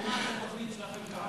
לעומת התוכנית שלכם, כמה?